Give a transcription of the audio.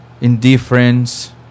indifference